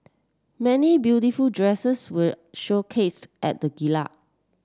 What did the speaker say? many beautiful dresses were showcased at the